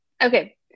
Okay